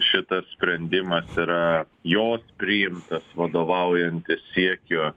šitas sprendimas yra jos priimtas vadovaujantis siekio